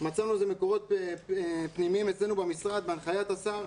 מצאנו לזה מקורות פנימיים אצלנו במשרד בהנחיית השר,